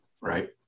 right